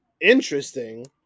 interesting